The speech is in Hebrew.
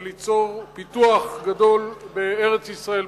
וליצור פיתוח גדול בארץ-ישראל,